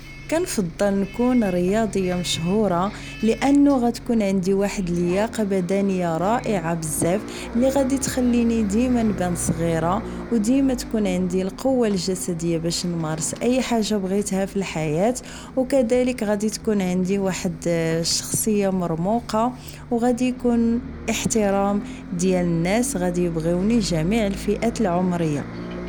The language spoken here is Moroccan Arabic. كنفضل نكون رياضيه مشهوره لانو غتكون عندي واحد لياقه بدنيه رائعه بزاف اللي غادي تخليني ديما نبان صغيره وديما تكون عندي القوه الجسديه باش نمارس اي حاجه بغيتها فالحياه. وكذلك غادي تكون عندي واحد شخصيه مرموقه وغادي يكون احترام ديال الناس. غادي يبغيو جميع الفئات العمريه